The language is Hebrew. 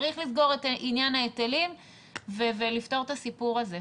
צריך לסגור את עניין ההיטלים ולפתור את הסיפור הזה,